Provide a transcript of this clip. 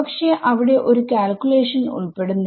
പക്ഷെ അവിടെ ഒരു കാൽക്യൂലേഷൻ ഉൾപ്പെടുന്നില്ല